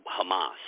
Hamas